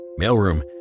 Mailroom